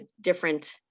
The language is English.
different